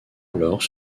alors